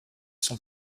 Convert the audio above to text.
son